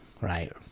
right